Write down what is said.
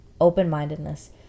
open-mindedness